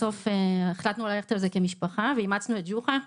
בסוף החלטנו ללכת על זה כמשפחה ואימצנו את ג'וחא.